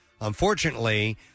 Unfortunately